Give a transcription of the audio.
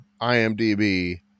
IMDb